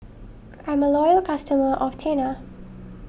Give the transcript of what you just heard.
I'm a loyal customer of Tena